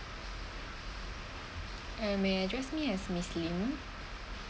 uh may address me as miss lim